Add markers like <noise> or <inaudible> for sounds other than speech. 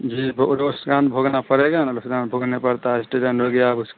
जी बहुत रोज <unintelligible> भोगना पड़ेगा ना <unintelligible> भोगना पड़ता है एक्सीडेन्ट हो गया उसको